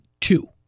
two